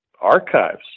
archives